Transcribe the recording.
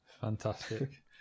Fantastic